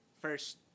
first